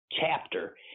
chapter